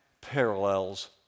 parallels